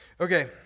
Okay